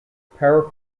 power